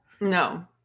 No